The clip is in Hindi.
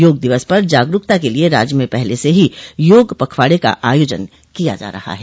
योग दिवस पर जागरूकता के लिए राज्य में पहले से ही योग पखवाड़े का आयोजन किया जा रहा है